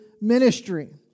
ministry